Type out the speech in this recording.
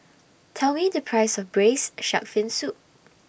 Tell Me The Price of Braised Shark Fin Soup